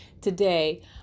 today